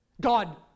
God